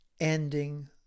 ending